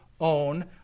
own